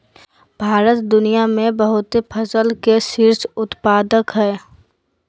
भारत दुनिया में बहुते फसल के शीर्ष उत्पादक हइ